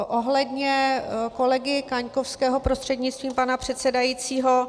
Ohledně kolegy Kaňkovského prostřednictvím pana předsedajícího.